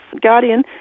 guardian